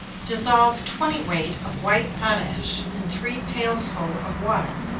dissolve twenty weight of white potash in three pailsful of water.